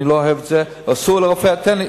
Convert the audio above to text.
אני לא אוהב את זה, ואסור לרופא, אם,